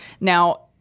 Now